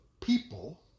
people